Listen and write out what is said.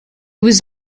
was